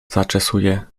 zaczesuje